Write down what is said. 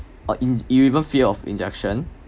or you even fear of injection